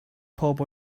pob